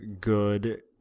good